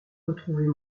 retrouver